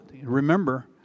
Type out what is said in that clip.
remember